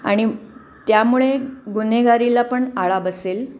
आणि त्यामुळे गुन्हेगारीला पण आळा बसेल